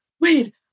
wait